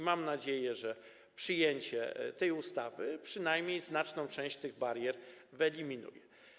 Mam nadzieję, że przyjęcie tej ustawy przynajmniej znaczną część tych barier wyeliminuje.